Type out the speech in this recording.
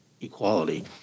equality